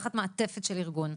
תחת מעטפת של ארגון,